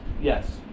Yes